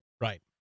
Right